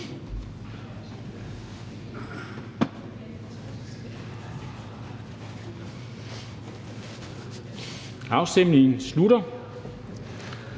Afstemningen slutter.